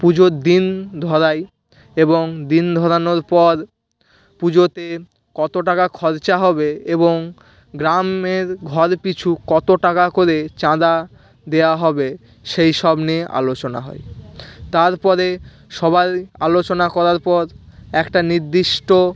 পুজোর দিন ধরাই এবং দিন ধরানোর পর পুজোতে কতো টাকা খরচা হবে এবং গ্রামের ঘর পিছু কতো টাকা করে চাঁদা দেয়া হবে সেই সব নিয়ে আলোচনা হয় তারপরে সবাই আলোচনা করার পর একটা নির্দিষ্ট